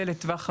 ולטווח ארוך,